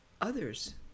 others